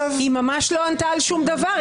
היא ממש לא ענתה על שום דבר.